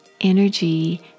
energy